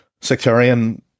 sectarian